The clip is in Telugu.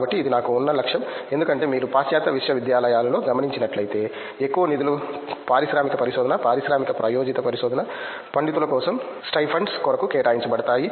కాబట్టి ఇది నాకు ఉన్న లక్ష్యం ఎందుకంటే మీరు పాశ్చాత్య విశ్వవిద్యాలయాలలో గమనించినట్లయితే ఎక్కువ నిధులు పారిశ్రామిక పరిశోధన పారిశ్రామిక ప్రాయోజిత పరిశోధన పండితుల కోసం స్టైపెండ్స్ కొరకు కేటాయించబడుతాయి